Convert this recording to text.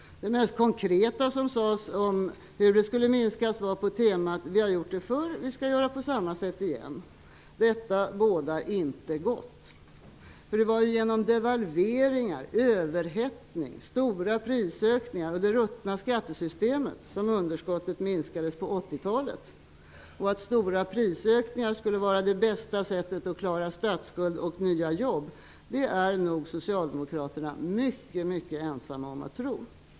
Det mest konkreta som sades om hur det skulle minskas var ungefär: Vi har gjort det förr -- vi skall göra på samma sätt igen. Detta bådar inte gott. Det var ju genom devalvering, överhettning, stora prisökningar och det ruttna skattesystemet som underskottet minskades på 80-talet. Att stora prisökningar skulle vara det bästa för att klara statsskulden och få fram nya jobb är nog Socialdemokraterna mycket ensamma om att tro.